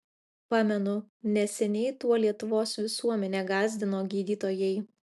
pamenu neseniai tuo lietuvos visuomenę gąsdino gydytojai